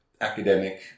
academic